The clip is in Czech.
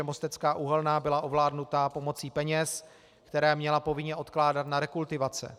Mostecká uhelná byla ovládnuta pomocí peněz, které měla povinně odkládat na rekultivace.